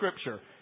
Scripture